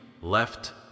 left